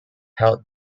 held